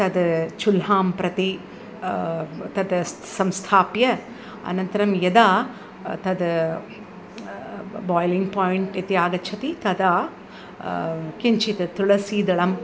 तद् चुल्हां प्रति तत् स् संस्थाप्य अनन्तरं यदा तद् ब् बोइलिङ्ग् पोइण्ट् इति आगच्छति तदा किञ्चित् तुलसीदलम्